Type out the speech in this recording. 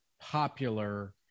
popular